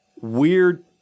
weird